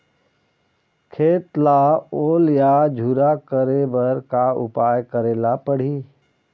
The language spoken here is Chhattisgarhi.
खेत ला ओल या झुरा करे बर का उपाय करेला पड़ही?